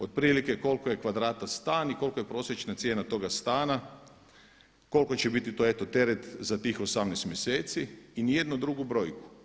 Otprilike koliko je kvadrata stan i koliko je prosječna cijena toga stana, koliko će biti to eto teret za tih 18 mjeseci i ni jednu drugu brojku.